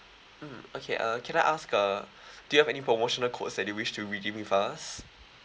mm okay uh can I ask uh do you have any promotional codes that you wish to redeem with us